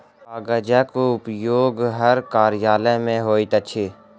कागजक उपयोग हर कार्यालय मे होइत अछि